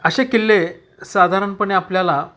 असे किल्ले साधारणपणे आपल्याला